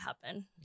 happen